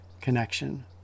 connection